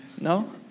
No